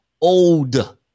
old